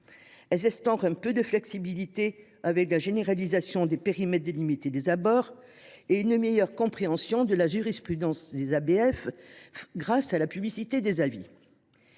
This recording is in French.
Elles instaurent un peu de flexibilité, avec la généralisation des périmètres délimités des abords, et une meilleure compréhension de la « jurisprudence » des ABF, grâce à la publicité des avis.